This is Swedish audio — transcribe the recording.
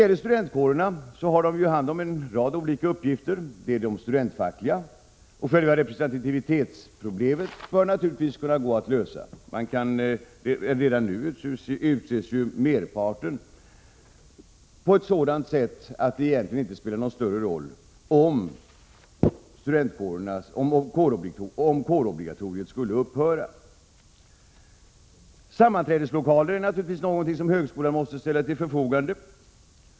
Studentkårerna har hand om en rad olika uppgifter. Det är de studentfackliga, där själva representativitetsproblemet naturligtvis bör kunna gå att lösa. Redan nu utses flertalet personer på sådant sätt att det inte spelar någon större roll om kårobligatoriet skulle upphöra. Sammanträdeslokaler är naturligtvis något som högskolan måste ställa till förfogande.